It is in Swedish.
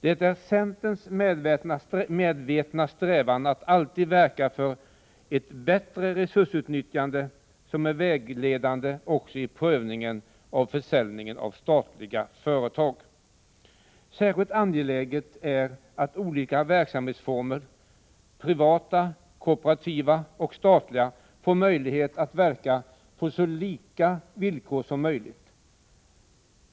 Det är centerns medvetna strävan att alltid verka för ett bättre resursutnyttjande som är vägledande också i prövningen av försäljningen av statliga företag. Särskilt angeläget är att olika verksamhetsformer, privata, kooperativa och statliga, får möjlighet att verka på så lika villkor som möjligt.